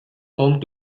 home